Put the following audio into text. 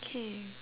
~kay